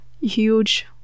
huge